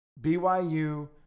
BYU